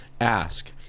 ask